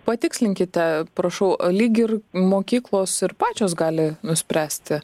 patikslinkite prašau lyg ir mokyklos ir pačios gali nuspręsti